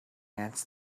ants